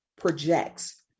projects